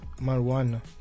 marijuana